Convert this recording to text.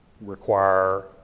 require